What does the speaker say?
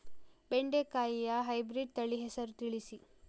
ಬೆಂಡೆಕಾಯಿಯ ಹೈಬ್ರಿಡ್ ತಳಿ ಹೆಸರು ತಿಳಿಸಿ?